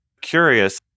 curious